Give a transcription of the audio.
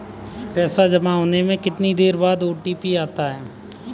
पैसा जमा होने के कितनी देर बाद ओ.टी.पी आता है?